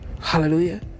Hallelujah